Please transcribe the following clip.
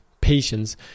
patience